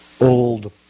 old